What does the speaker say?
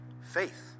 faith